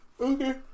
Okay